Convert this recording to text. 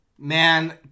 Man